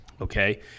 okay